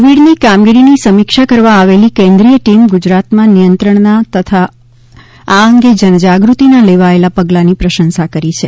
કોવિડની કામગીરીની સમીક્ષા કરવા આવેલી કેન્દ્રીય ટીમ ગુજરાતમાં નિયંત્રણના તથા આ અંગે જનજાગૃતિના લેવાયેલા પગલાની પ્રશંસા કરી છે